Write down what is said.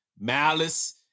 Malice